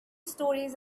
stories